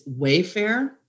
Wayfair